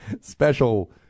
Special